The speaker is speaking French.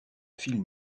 film